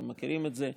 אתם מכירים את זה,